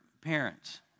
parents